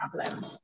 problem